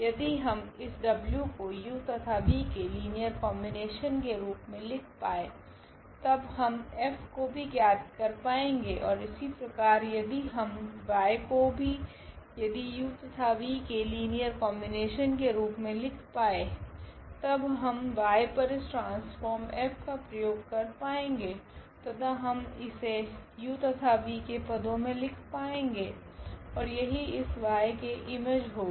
यदि हम इस w को u तथा v के लीनियर कोंबिनेशन के रूप मे लिख पाए तब हम F को भी ज्ञात कर पाएगे ओर इसी प्रकार यदि हम y को भी यदि u तथा v के लीनियर कोंबिनेशन के रूप मे लिख पाए तब हम y पर इस ट्रांसफोर्म F का प्रयोग कर पाएगे तथा हम इसे u तथा v के पदो मे लिख पाएगे ओर यही इस y कि इमेज होगी